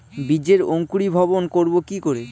বীজের অঙ্কুরিভবন করব কি করে?